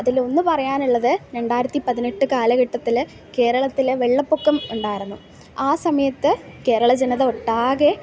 അതിലൊന്ന് പറയാനുള്ളത് രണ്ടായിരത്തി പതിനെട്ട് കാലഘട്ടത്തിൽ കേരളത്തിൽ വെള്ളപ്പൊക്കം ഉണ്ടായിരുന്നു ആ സമയത്ത് കേരള ജനത ഒട്ടാകെ